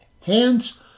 hands